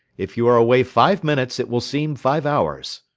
if you are away five minutes, it will seem five hours.